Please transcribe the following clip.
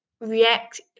react